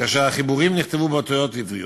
כאשר החיבורים נכתבו באותיות עבריות,